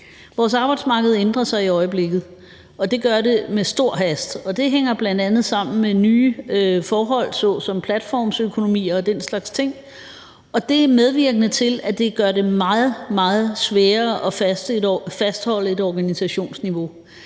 Vores arbejdsmarked ændrer sig i øjeblikket, og det gør det med stor hast, og det hænger bl.a. sammen med nye forhold såsom platformsøkonomi og den slags ting, og det er medvirkende til, at det gør det meget, meget sværere at fastholde et organisationsniveau.